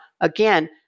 again